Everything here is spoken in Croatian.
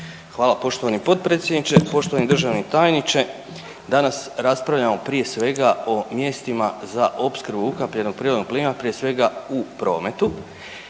Hvala poštovani potpredsjedniče. Poštovani državni tajniče. Danas raspravljamo prije svega o mjestima za opskrbu ukapljenog prirodnog plina prije svega u prometu.